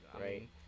right